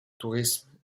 tourisme